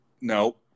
No